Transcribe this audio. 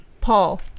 Paul